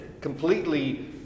completely